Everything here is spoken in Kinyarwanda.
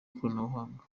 ikoranabuhanga